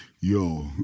yo